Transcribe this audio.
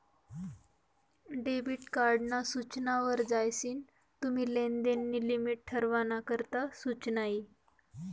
debit card ना सूचना वर जायीसन तुम्ही लेनदेन नी लिमिट ठरावाना करता सुचना यी